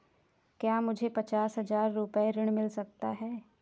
क्या मुझे पचास हजार रूपए ऋण मिल सकता है?